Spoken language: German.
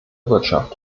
wirtschaft